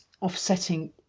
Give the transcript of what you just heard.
offsetting